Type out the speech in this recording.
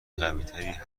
قویتری